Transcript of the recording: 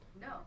No